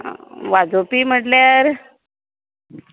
वाजोवपी म्हणल्यार